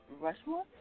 Rushmore